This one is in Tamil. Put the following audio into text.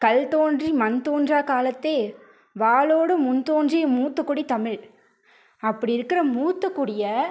கல் தோன்றி மண் தோன்றாக் காலத்தே வாளோடு முன்தோன்றி மூத்தகுடி தமிழ் அப்படி இருக்கிற மூத்தக்குடியை